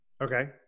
Okay